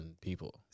people